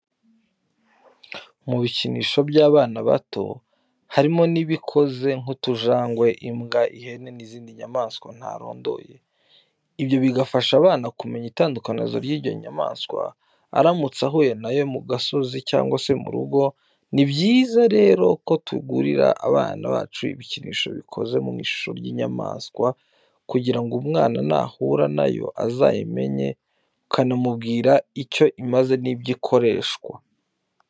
Mu bikinisho by'abana bato harimo ibikoze nk'utujangwe, imbwa, ihene n'izindi nyamaswa ntarondoye. Ibyo bigafasha abana kumenya itandukaniro ry'izo nyamaswa aramutse ahuye na yo mu gasozi cyangwa mu rugo. Ni byiza rero ko tugurira abana bacu ibikinisho bikoze mu ishusho y'inyamaswa kugira ngo umwana nahura na yo azayimenye, ukanamubwira icyo imaze n'ibyo ikoreshwa.